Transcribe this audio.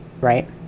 right